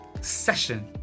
session